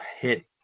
hit